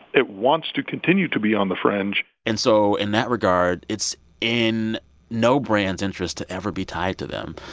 it wants to continue to be on the fringe and so in that regard, it's in no brand's interest to ever be tied to them.